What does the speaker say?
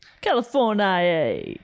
California